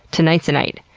tonight's the night.